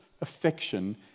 affection